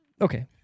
Okay